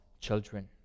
children